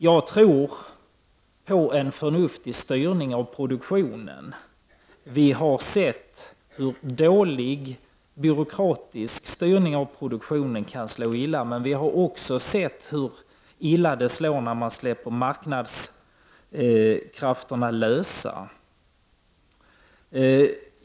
Jag tror på en förnuftig styrning av produktionen. Vi har sett hur dålig byråkratisk styrning av produktionen kan slå fel, men vi har också sett hur illa det går när marknadskrafterna släpps lösa.